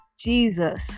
Jesus